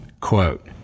Quote